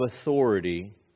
authority